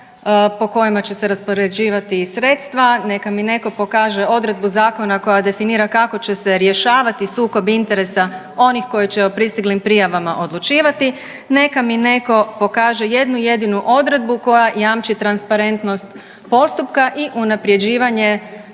po kojima će se raspoređivati i sredstva, neka mi netko pokaže odredbu zakona koja definira kako će se rješavati sukob interesa onih koji će o pristiglim prijavama odlučivati, neka mi netko pokaže jednu jedinu odredbu koja jamči transparentnost postupka i unaprjeđivanje